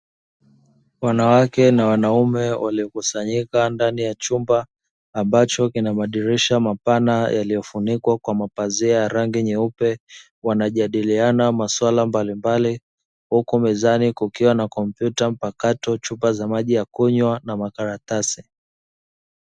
Wanawake na wanaume waliokusanyika ndani ya chumba ambacho kina madirisha mapana yaliyofunikwa kwa mapazia ya rangi nyeupe, wanajadiliana maswala mbalimbali huku mezani kukiwa na: kompyuta mpakato, chupa za maji ya kunywa na makaratasi.